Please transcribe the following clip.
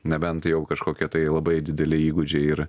nebent jau kažkokie tai labai dideli įgūdžiai ir